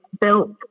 built